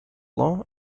law